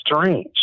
strange